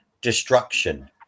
destruction